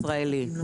הישראליות.